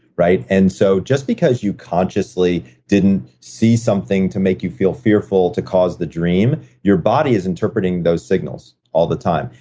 right? and so just because you consciously didn't see something to make you feel fearful to cause the dream, your body is interpreting those signals all the time.